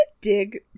dig